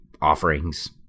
offerings